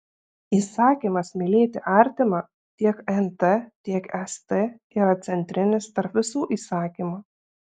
įsakymas mylėti artimą tiek nt tiek st yra centrinis tarp visų įsakymų